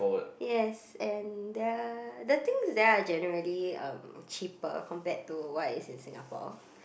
yes and the the things there are generally um cheaper compared to what is in Singapore